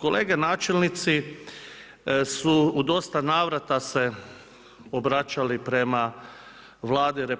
Kolega načelnici su u dosta navrata se obraćali prema Vladi RH